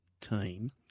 team